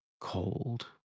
cold